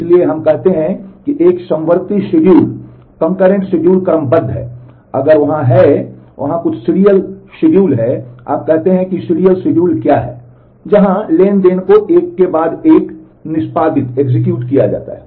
इसलिए हम कहते हैं कि एक समवर्ती शिड्यूल क्या है जहां ट्रांज़ैक्शन को एक के बाद एक निष्पादित किया जाता है